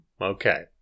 Okay